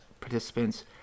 participants